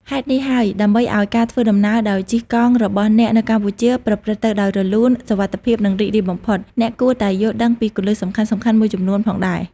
ហេតុនេះហើយ ដើម្បីឱ្យការធ្វើដំណើរដោយជិះកង់របស់អ្នកនៅកម្ពុជាប្រព្រឹត្តទៅដោយរលូន សុវត្ថិភាព និងរីករាយបំផុត អ្នកគួរតែយល់ដឹងពីគន្លឹះសំខាន់ៗមួយចំនួនផងដែរ។